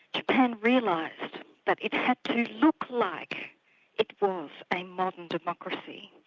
japan realised that it had to and look like it was a modern democracy,